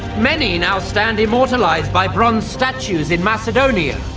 many now stand immortalised by bronze statues in macedonia.